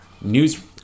news